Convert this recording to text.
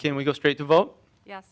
can we go straight to vote ye